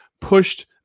pushed